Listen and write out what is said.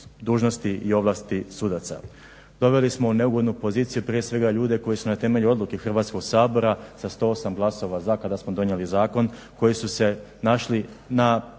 i ovlasti sudaca. Doveli smo u neugodnu poziciju prije svega ljude koji su na temelju odluke Hrvatskog sabora sa 108 glasova za kada smo donijeli zakon koji su se našli na nekim